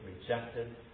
rejected